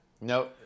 No